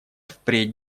впредь